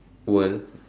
world